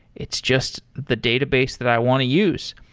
it's just the database that i want to use.